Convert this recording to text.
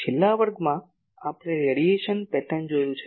છેલ્લા વર્ગમાં આપણે રેડિયેશન પેટર્ન જોયું છે